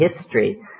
history